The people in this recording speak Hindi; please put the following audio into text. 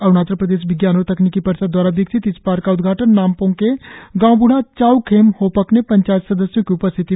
अरुणाचल प्रदेश विज्ञान और तकनीकी परिषद द्वारा विकसित इस पार्क का उद्घाटन नामपोंग के गांव बूढ़ा चाउ खेम होपक ने पंचायत सदस्यों की उपस्थिति में किया